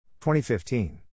2015